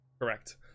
Correct